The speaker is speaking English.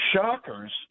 Shockers